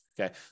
Okay